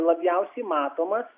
labiausiai matomas